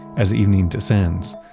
as evening descends,